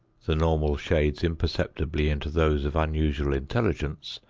the normal shades imperceptibly into those of unusual intelligence,